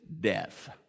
death